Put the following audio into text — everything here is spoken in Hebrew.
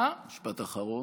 משפט אחרון.